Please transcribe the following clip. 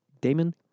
Damon